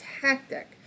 tactic